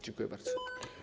Dziękuję bardzo.